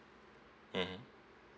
mmhmm